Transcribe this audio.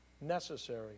necessary